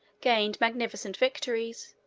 gained magnificent victories,